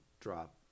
drop